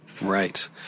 Right